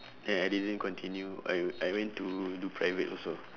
then I didn't continue I I went to do private also